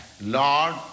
Lord